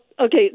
okay